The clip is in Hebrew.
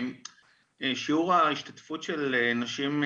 שיעור ההשתתפות של נשים,